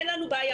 אין לנו בעיה.